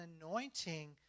anointing